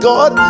God